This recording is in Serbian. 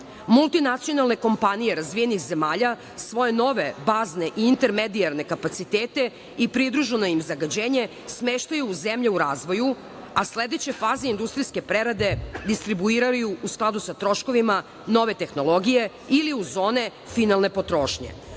razmatraju. Multinacionalne kompanije razvijenih zemalja svoje nove bazne i intermedijarne kapacitete i pridruženo im zagađenje smeštaju u zemlje u razvoju, a sledeće faze industrijske prerade distribuiraju u skladu sa troškovima nove tehnologije ili u zone finalne potrošnje.